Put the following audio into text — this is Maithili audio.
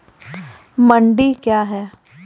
मंडी क्या हैं?